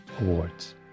awards